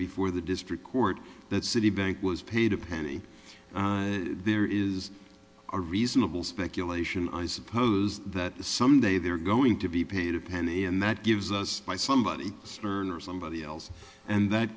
before the district court that citibank was paid a penny there is a reasonable speculation i suppose that some day they're going to be paid a penny and that gives us by somebody or somebody else and that